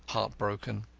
heart-broken.